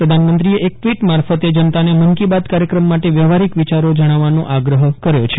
પ્રધાનમંત્રીએ એક ટવીટ મારફતે જનતાને મન કી બાત કાર્યક્રમ માટે વ્યવહારીક વિચારો જજ્જાવવાનો આગ્રહ કર્યો છે